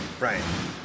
right